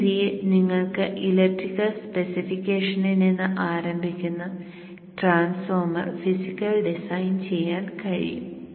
ഈ രീതിയിൽ നിങ്ങൾക്ക് ഇലക്ട്രിക്കൽ സ്പെസിഫിക്കേഷനിൽ നിന്ന് ആരംഭിക്കുന്ന ട്രാൻസ്ഫോർമർ ഫിസിക്കൽ ഡിസൈൻ ചെയ്യാൻ കഴിയും